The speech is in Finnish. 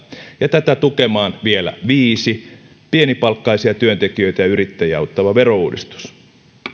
ja tätä tukemaan vielä viisi pienipalkkaisia työntekijöitä ja yrittäjiä auttava verouudistus